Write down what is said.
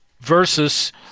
versus